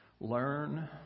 learn